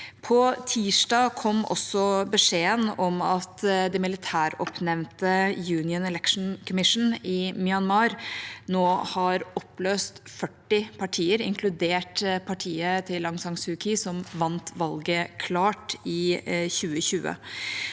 På tirsdag kom også beskjeden om at militæroppnevnte Union Election Commission i Myanmar nå har oppløst 40 partier, inkludert partiet til Aung San Suu Kyi, som vant valget klart i 2020.